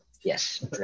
Yes